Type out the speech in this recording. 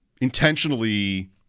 intentionally